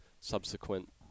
subsequent